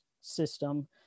system